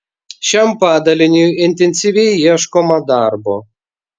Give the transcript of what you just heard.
šiam padaliniui intensyviai ieškoma darbo